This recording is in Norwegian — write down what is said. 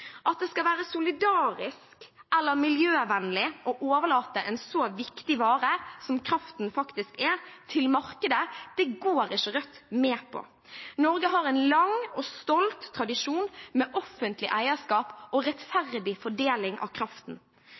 At det skal være solidarisk eller miljøvennlig å overlate en så viktig vare som kraften faktisk er, til markedet, går ikke Rødt med på. Norge har en lang og stolt tradisjon med offentlig eierskap og rettferdig fordeling av kraften.